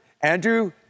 Andrew